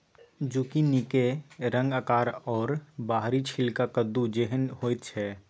जुकिनीक रंग आकार आओर बाहरी छिलका कद्दू जेहन होइत छै